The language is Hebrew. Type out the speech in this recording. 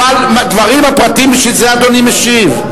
לגבי הפרטים, בשביל זה אדוני משיב.